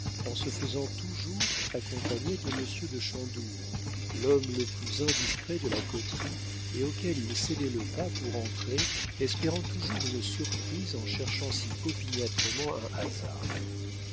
en se faisant toujours accompagner de monsieur de chandour l'homme le plus indiscret de la coterie et auquel il cédait le pas pour entrer espérant toujours une surprise en cherchant si opiniâtrement un hasard